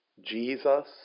jesus